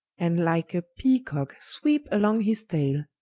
and like a peacock sweepe along his tayle,